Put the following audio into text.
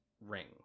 ring